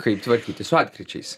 kaip tvarkytis su atkryčiais